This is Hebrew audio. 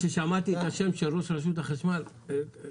כששמעתי את השם של ראש רשות החשמל אמרתי,